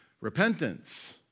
repentance